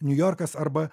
niujorkas arba